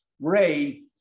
Ray